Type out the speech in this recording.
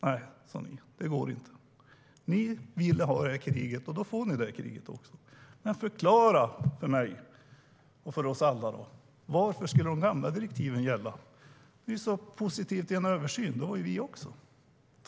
Nej, sa ni, det går inte. Ni ville ha det här kriget, och då får ni det. Men förklara för mig och för oss alla varför de gamla direktiven skulle gälla! Ni är positiva till en översyn. Det är vi också.